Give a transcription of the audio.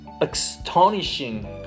astonishing